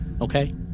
Okay